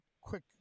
quick